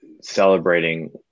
celebrating